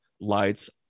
lights